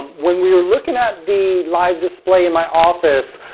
when we were looking at the live display in my office,